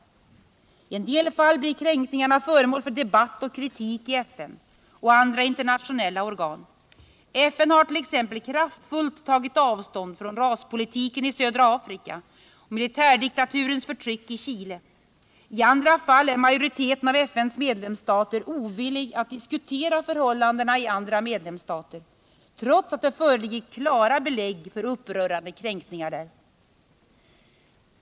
I en del fall blir kränkningarna föremål för debatt och kritik i FN och andra internationella organ. FN hart.ex. kraftfullt tagit avstånd från raspolitiken i södra Afrika och militärdiktaturens förtryck i Chile. I andra fall är majoriteten av FN:s medlemsstater ovillig att diskutera förhållandena i andra medlemsstater trots att det föreligger klara belägg för upprörande kränkningar där.